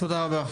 תודה רבה.